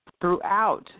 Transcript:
throughout